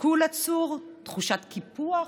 תסכול עצור, תחושת קיפוח?